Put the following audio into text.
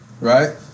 Right